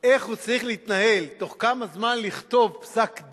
איך הוא צריך להתנהל, תוך כמה זמן לכתוב פסק-דין,